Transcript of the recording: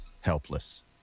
helpless